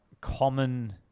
common